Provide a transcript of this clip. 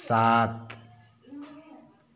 सात